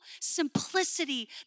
simplicity